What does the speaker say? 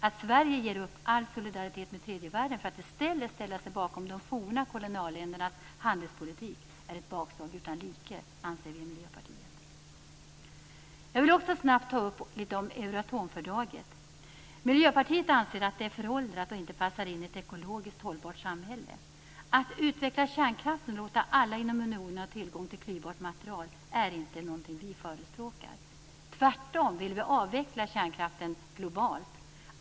Att Sverige ger upp all solidaritet med tredje världen för att i stället ställa sig bakom de forna kolonialländernas handelspolitik är ett bakslag utan like, anser vi i Miljöpartiet. Jag vill också nämna något om Euratomfördraget. Miljöpartiet anser att det är föråldrat och inte passar in i ett ekologiskt hållbart samhälle. Att utveckla kärnkraften och låta alla inom unionen ha tillgång till klyvbart material är inte något som vi förespråkar. Tvärtom vill vi avveckla kärnkraften globalt.